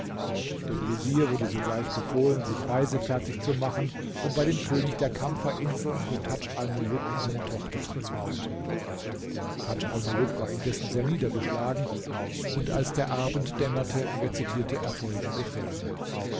dem vezier wurde sogleich befohlen sich reisefertig zu machen um bei dem könig der kampferinseln für tadj almuluk um seine tochter anzuhalten tadj almuluk war indessen sehr niedergeschlagen und als der abend dämmerte rezitierte er folgende verse